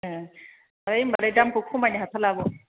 ए ओमफ्राय होनबालाय दामखौ खमायनो हाथारला आब'